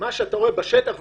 שקורה בשטח.